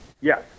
Yes